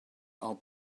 are